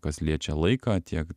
kas liečia laiką tiek